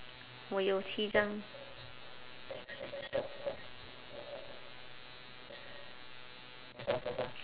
我有七张